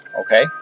okay